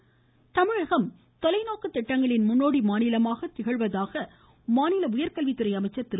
அன்பழகன் தமிழகம் தொலைநோக்கு திட்டங்களின் முன்னோடி மாநிலமாக திகழ்கிறது என்று மாநில உயர்கல்வித்துறை அமைச்சர் திரு